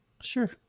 Sure